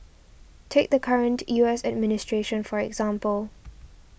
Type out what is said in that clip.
take the current U S administration for example